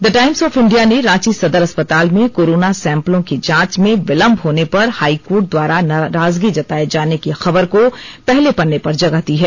the Times of India ने रांची सदर अस्पताल में कोरोना सैंपलों की जांच में विलंब होने पर हाईकोर्ट द्वारा नाराजगी जताए जाने की खबर को पहले पन्ने पर जगह दी है